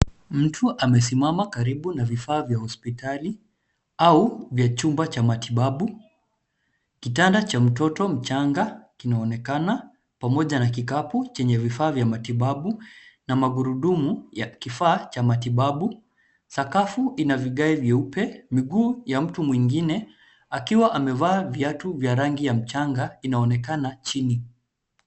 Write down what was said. Mtu amesimama karibu na vifaa vya hospiatali au vya chumba cha matibabu. Kitanda cha mtoto mchanga kinaonekana pamoja na kikapu chenye vifaa vya matibabu na magurudumu ya kifaa cha matibabu. Sakafu ina vigae vyeupe. Miguu ya mtu mwingine akiwa amevaa viatu vya rangi ya mchanga inaonekana chini.